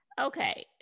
Okay